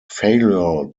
failure